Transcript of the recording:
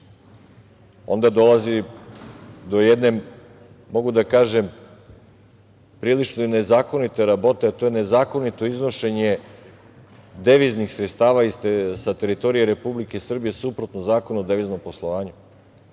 onda dolazi do jedne, mogu da kažem prilično nezakonite rabote, a to je nezakonito iznošenje deviznih sredstava sa teritorije Republike Srbije suprotno Zakonu o deviznom poslovanju. Zato